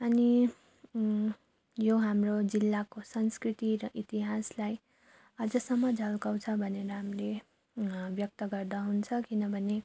अनि यो हाम्रो जिल्लाको संस्कृति र इतिहासलाई अझसम्म झल्काउँछ भनेर हामीले व्यक्त गर्दा हुन्छ किनभने